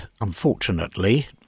unfortunately